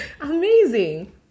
Amazing